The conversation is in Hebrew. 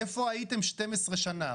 איפה הייתם 12 שנה?